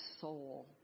soul